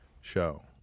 show